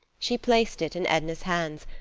she placed it in edna's hands,